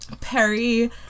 Perry